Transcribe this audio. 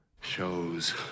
show's